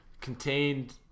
contained